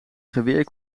geweer